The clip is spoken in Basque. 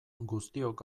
guztiok